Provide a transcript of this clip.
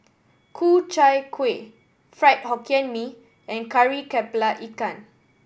Ku Chai Kueh Fried Hokkien Mee and Kari Kepala Ikan